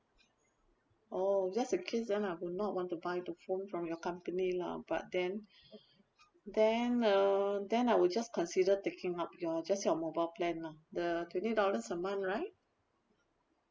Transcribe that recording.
oh just the case then I would not want to buy the phone from your company lah but then then uh then I will just consider taking up your just your mobile plan loh the twenty dollars a month right